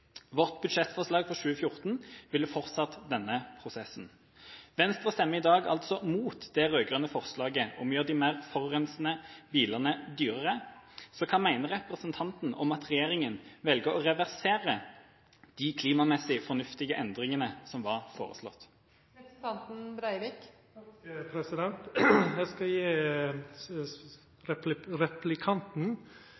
Vårt budsjettforslag for 2014 ville fortsatt denne prosessen. Venstre stemmer i dag altså imot det rød-grønne forslaget om å gjøre de mer forurensende bilene dyrere. Hva mener representanten om at regjeringa velger å reversere de klimamessig fornuftige endringene som var foreslått? Eg skal